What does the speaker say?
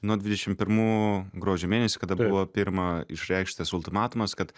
nuo dvidešim pirmų gruodžio mėnesį kada buvo pirma išreikštas ultimatumas kad